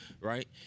right